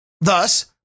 Thus